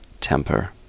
temper